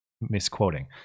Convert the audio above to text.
misquoting